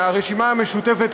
הרשימה המשותפת,